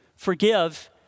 Forgive